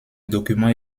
documents